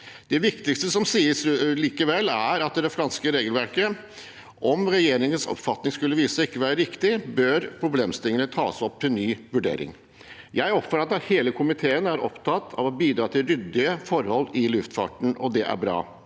Det viktigste som sies, er likevel at om regjeringens oppfatning skulle vise seg ikke å være riktig, bør problemstillingene tas opp til ny vurdering. Jeg oppfatter at hele komiteen er opptatt av å bidra til ryddige forhold i luftfarten, og det er bra.